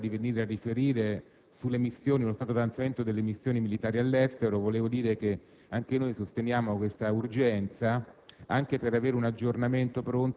rispetto all'obbligo del Governo di venire a riferire sullo stato di avanzamento delle missioni militari all'estero. Anche noi sosteniamo questa urgenza,